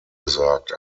gesagt